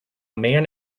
man